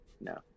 no